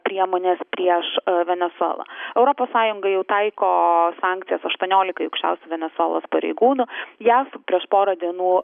priemonės prieš venesuelą europos sąjunga jau taiko sankcijas aštuoniolikai aukščiausių venesuelos pareigūnų jav prieš porą dienų